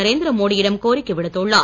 நரேந்திர மோடியிடம் கோரிக்கை விடுத்துள்ளார்